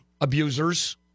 abusers